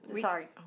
sorry